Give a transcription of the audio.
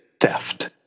theft